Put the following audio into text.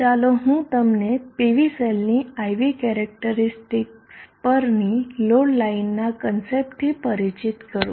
ચાલો હું તમને PV સેલની IV કેરેક્ટરીસ્ટિકસ પરની લોડ લાઇનના કોન્સેપ્ટથી પરિચિત કરું